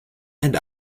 and